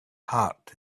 heart